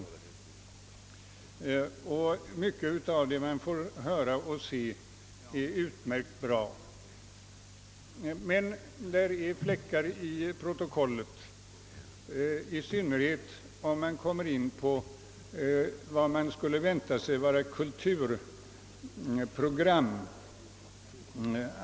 En stor del av det man får höra och se är utomordentligt bra, men det finns så att säga plumpar i protokollet, i synnerhet om vi kommer in på vad man skulle vänta sig vore kulturprogram.